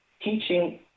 Teaching